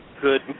good